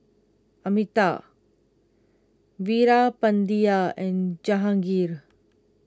Amitabh Veerapandiya and Jahangir